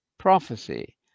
prophecy